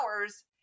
hours